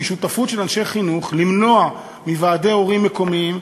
לשותפות של אנשי חינוך למנוע מוועדי הורים מקומיים,